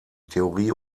theorie